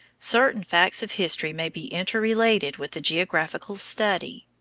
certain facts of history may be interrelated with the geographical study.